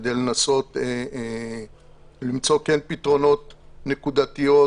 כדי לנסות למצוא פתרונות נקודתיים